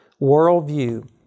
worldview